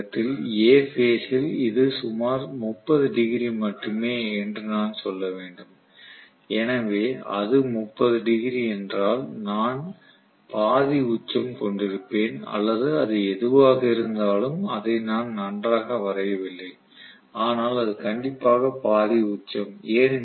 நேரத்தில் A phase ல் இது சுமார் 30 டிகிரி மட்டுமே என்று நான் சொல்ல வேண்டும் எனவே அது 30 டிகிரி என்றால் நான் பாதி உச்சம் கொண்டிருப்பேன் அல்லது அது எதுவாக இருந்தாலும் அதை நான் நன்றாக வரையவில்லை ஆனால் அது கண்டிப்பாக பாதி உச்சம் ஏனெனில்